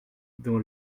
dans